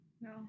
No